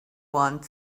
want